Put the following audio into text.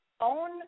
own